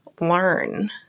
learn